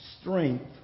strength